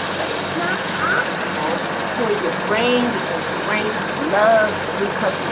but it's not optimal for your brain because your brain loves glucose.